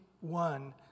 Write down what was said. one